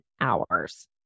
hours